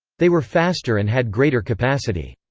they were faster and had greater capacity.